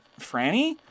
Franny